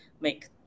make